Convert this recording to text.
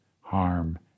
harm